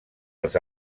els